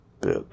bit